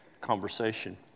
conversation